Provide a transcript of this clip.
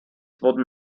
wurden